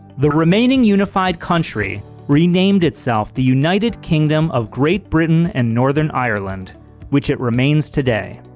the remaining unified country renamed itself the united kingdom of great britain and northern ireland which it remains today.